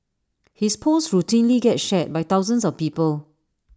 his posts routinely get shared by thousands of people